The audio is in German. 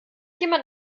jemand